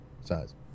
size